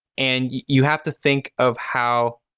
and you have to think of how